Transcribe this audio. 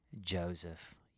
Joseph